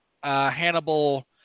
Hannibal